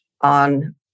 on